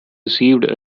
received